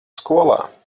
skolā